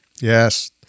Yes